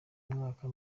mwaka